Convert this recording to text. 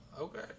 okay